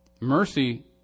Mercy